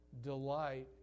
delight